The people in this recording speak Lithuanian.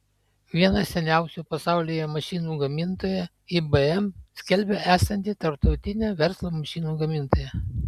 viena seniausių pasaulyje mašinų gamintoja ibm skelbia esanti tarptautine verslo mašinų gamintoja